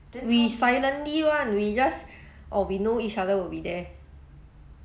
we silently [one] we just orh we know each other will be there